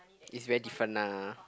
it's very different nah